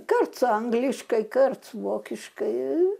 karts angliškai karts vokiškai